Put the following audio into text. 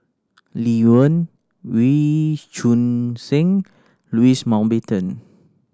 Lee Wen Wee Choon Seng Louis Mountbatten